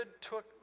took